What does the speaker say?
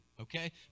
okay